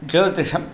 ज्योतिषम्